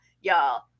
y'all